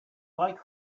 like